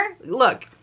look